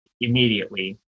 immediately